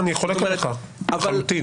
אני חולק עליך לחלוטין.